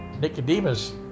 Nicodemus